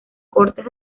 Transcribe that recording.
cortes